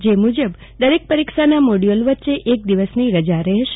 જે મુજબ દરેક પરીક્ષાનાં મોડયુલ વચે એક દિવસની રજા રજેશે